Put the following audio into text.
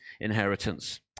inheritance